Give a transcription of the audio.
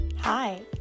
Hi